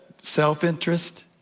self-interest